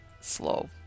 slow